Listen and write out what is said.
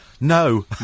No